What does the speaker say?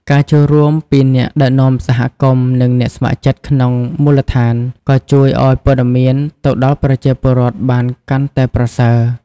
ការចូលរួមពីអ្នកដឹកនាំសហគមន៍ និងអ្នកស្ម័គ្រចិត្តក្នុងមូលដ្ឋាន ក៏ជួយឲ្យព័ត៌មានទៅដល់ប្រជាពលរដ្ឋបានកាន់តែប្រសើរ។